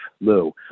Lou